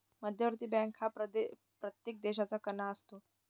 मध्यवर्ती बँक हा प्रत्येक देशाचा कणा असतो